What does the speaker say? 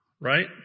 Right